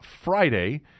Friday